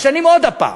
ומשנים עוד הפעם.